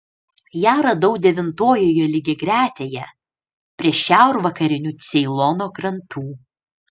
ją radau devintojoje lygiagretėje prie šiaurvakarinių ceilono krantų